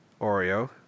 Oreo